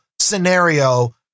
scenario